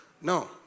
No